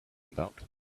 about